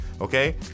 Okay